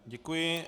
Děkuji.